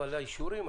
אבל האישורים,